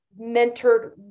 mentored